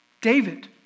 David